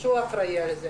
שהוא אחראי על זה.